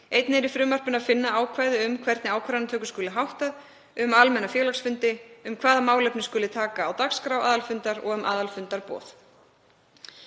Einnig er í frumvarpinu að finna ákvæði um hvernig ákvörðunartöku skuli háttað, um almenna félagsfundi, um hvaða málefni skuli taka á dagskrá aðalfundar og um aðalfundarboð.